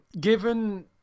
given